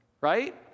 right